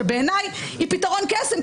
שבעיניי היא פתרון קסם,